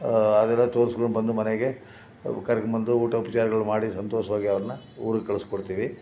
ಆ ಅವೆಲ್ಲ ತೋರ್ಸ್ಕೊಂಡು ಬಂದು ಮನೆಗೆ ಕರ್ಕೊಂಡು ಬಂದು ಊಟ ಉಪಚಾರಗಳು ಮಾಡಿ ಸಂತೋಷವಾಗಿ ಅವ್ರನ್ನ ಊರಿಗೆ ಕಳಿಸ್ಕೊಡ್ತೀವಿ